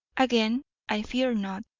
again i fear not.